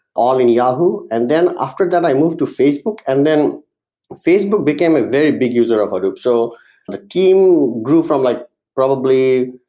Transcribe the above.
all in yahoo and then after that, i move to facebook and then facebook became a very big user of hadoop so the team grew from like probably,